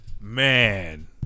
man